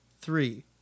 three